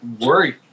worried